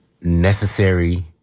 Necessary